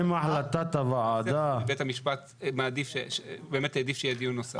אם החלטת הוועדה --- בית המשפט באמת העדיף שיהיה דיון נוסף.